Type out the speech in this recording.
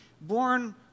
born